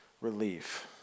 relief